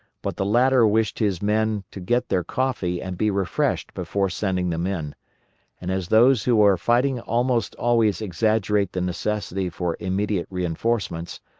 but the latter wished his men to get their coffee and be refreshed before sending them in and as those who are fighting almost always exaggerate the necessity for immediate reinforcements,